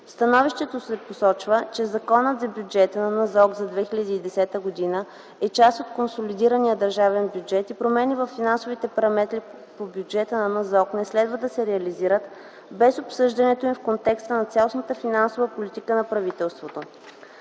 становището се посочва, че Законът за бюджета на НЗОК за 2010 г. е част от консолидирания държавен бюджет и промени във финансовите параметри в бюджета на НЗОК не следва да се реализират без обсъждането им в контекста на цялостната финансова политика на правителството.